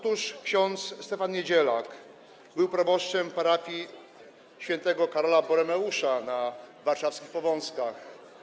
Otóż ks. Stefan Niedzielak był proboszczem parafii św. Karola Boromeusza na warszawskich Powązkach.